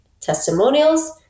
testimonials